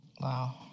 Wow